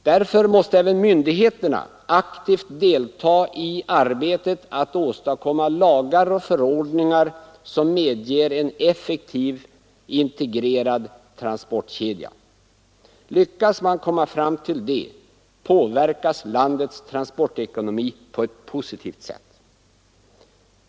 Därför måste även myndigheterna aktivt delta i arbetet på att åstadkomma lagar och förordningar som medger en effektiv integrerad transportkedja. Lyckas man komma fram till det, påverkas landets transportekonomi på ett positivt sätt.